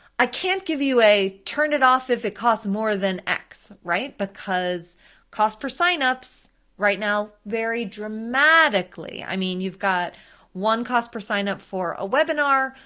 i can't give you a turn it off if it costs more than x, right, because cost per sign-ups right now vary dramatically. i mean you've got one cost per sign-up for a webinar,